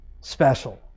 special